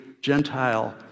Gentile